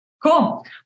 Cool